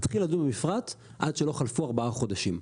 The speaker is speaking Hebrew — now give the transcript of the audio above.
להתחיל לדון במפרט עד שלא חלפו ארבעה חודשים.